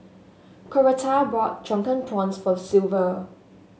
Coretta bought Drunken Prawns for Silvia